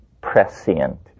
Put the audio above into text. prescient